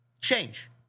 Change